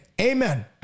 amen